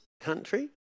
country